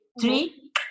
three